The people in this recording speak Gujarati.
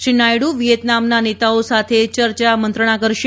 શ્રી નાયડૂ વિયેતનામના નેતાઓ સાથે ચર્ચા મંત્રણા કરશે